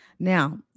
Now